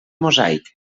mosaic